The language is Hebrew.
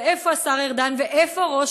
ואיפה השר ארדן?